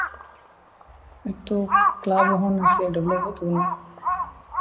ᱦᱳᱭᱛᱳ ᱠᱞᱟᱵᱽ ᱨᱮᱦᱚᱸ ᱱᱟᱥᱮᱭᱟᱜ ᱰᱮᱵᱷᱞᱚᱯᱚᱜ ᱛᱟᱵᱚᱱᱟ